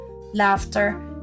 laughter